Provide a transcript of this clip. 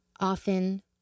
often